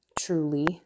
truly